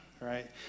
right